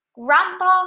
Grandpa